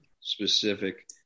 specific